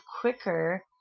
quicker